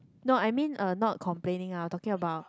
no I mean uh not complaining ah talking about